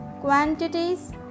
quantities